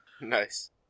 Nice